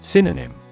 Synonym